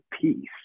peace